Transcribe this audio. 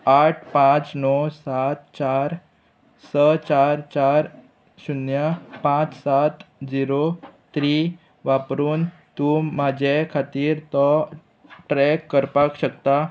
आठ पांच णव सात चार स चार चार शुन्य पांच सात झिरो थ्री वापरून तूं म्हाजे खातीर तो ट्रॅक करपाक शकता